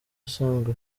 usanzwe